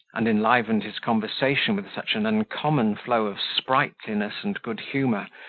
and enlivened his conversation with such an uncommon flow of sprightliness and good humour,